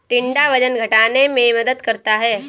टिंडा वजन घटाने में मदद करता है